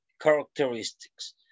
characteristics